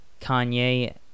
Kanye